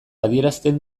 adierazten